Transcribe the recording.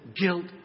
guilt